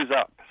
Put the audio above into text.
up